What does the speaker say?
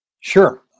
Sure